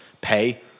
pay